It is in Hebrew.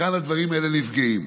וכאן הדברים האלה נפגעים.